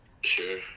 Sure